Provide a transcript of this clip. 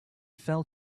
fell